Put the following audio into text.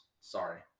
Sorry